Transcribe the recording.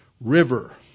River